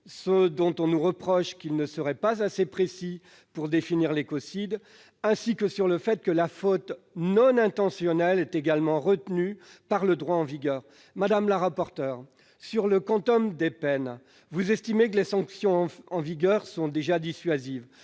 ceux dont on nous reproche qu'ils ne seraient pas assez précis pour définir l'écocide, ainsi que sur le fait que la faute non intentionnelle est également retenue par le droit en vigueur. Madame la rapporteure, en ce qui concerne le quantum des peines, vous estimez que les sanctions en vigueur sont dissuasives.